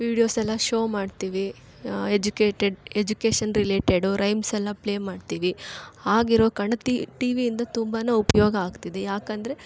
videos ಎಲ್ಲ show ಮಾಡ್ತೀವಿ educated education related rhymes ಎಲ್ಲ ಪ್ಲೇ ಮಾಡ್ತೀವಿ ಆಗಿರೋ ಕಾರಣ ಟಿ ವಿಯಿಂದ ತುಂಬಾ ಉಪಯೋಗ ಆಗ್ತಿದೆ ಯಾಕಂದರೆ